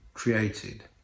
Created